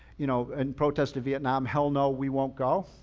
you know in protest of vietnam, hell no, we won't go.